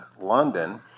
London